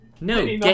no